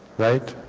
right